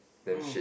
damn shit